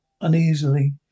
uneasily